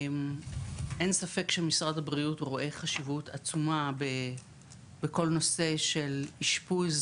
אין ספק שמשרד הבריאות רואה חשיבות עצומה בכל הנושא של אשפוז